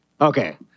okay